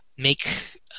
Make